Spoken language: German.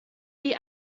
die